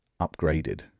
upgraded